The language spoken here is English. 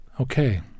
Okay